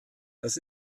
das